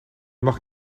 mag